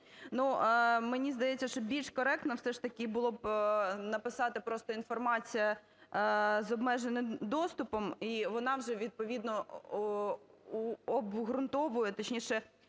мені здається, що більш коректно все ж таки було написати просто інформація з обмеженим доступом і вона вже відповідно обґрунтовує, точніше